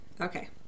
Okay